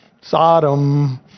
Sodom